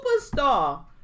superstar